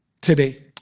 today